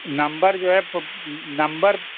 number جو ہے number